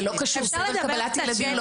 זה לא קשור, סדר קבלת ילדים,